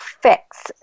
fix